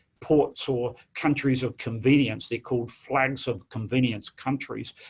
ports or countries of convenience, they're called flags-of-convenience countries,